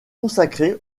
consacrée